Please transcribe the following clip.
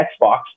Xbox